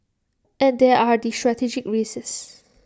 and there are the strategic risks